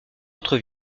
autre